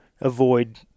avoid